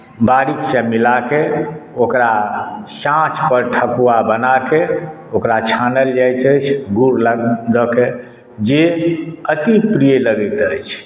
बारीकसँ मिला कऽ ओकरा साँचपर ठकुआ बनाके ओकरा छानल जाइत छै गुड़ ल दऽ के जे अति प्रिय लगैत अछि